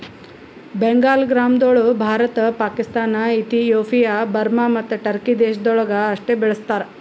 ಬೆಂಗಾಲ್ ಗ್ರಾಂಗೊಳ್ Bharat, Pakistan, Ethiopia, Burma ಮತ್ತ Turkey ದೇಶಗೊಳ್ದಾಗ್ ಅಷ್ಟೆ ಬೆಳುಸ್ತಾರ್